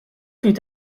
fut